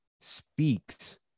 speaks